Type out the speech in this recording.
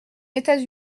états